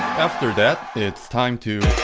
after that it's time to